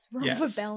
Yes